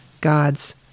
God's